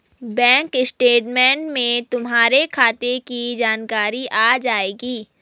bank statement में तुम्हारे खाते की जानकारी आ जाएंगी